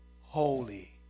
holy